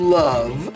love